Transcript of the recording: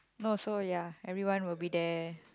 no so ya everyone will be there